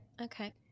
okay